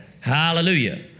hallelujah